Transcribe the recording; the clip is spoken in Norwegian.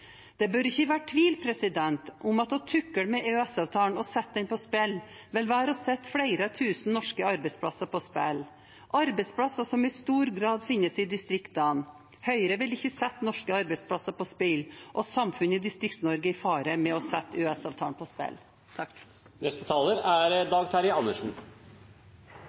Det bør ikke være tvil om at å tukle med EØS-avtalen og sette den i spill, vil være å sette flere tusen norske arbeidsplasser på spill – arbeidsplasser som i stor grad finnes i distriktene. Høyre vil ikke sette norske arbeidsplasser og samfunnet i Distrikts-Norge i fare med å sette EØS-avtalen i spill.